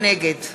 נגד